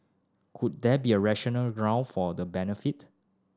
could there be a rational ground for the benefit